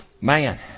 Man